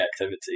activity